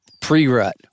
pre-rut